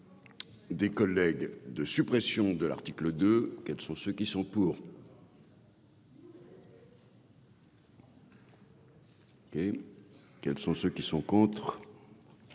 des collègues de suppression de l'article de quels sont ceux qui sont pour. Et quels sont ceux qui sont contre,